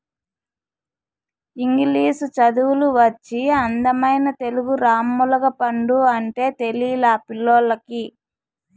ఇంగిలీసు చదువులు వచ్చి అచ్చమైన తెలుగు రామ్ములగపండు అంటే తెలిలా పిల్లోల్లకి